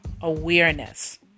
awareness